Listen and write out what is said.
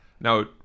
Now